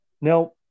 Now